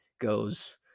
goes